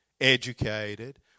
Educated